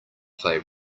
play